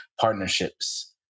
partnerships